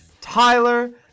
Tyler